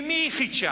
עם מי היא חידשה?